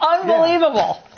unbelievable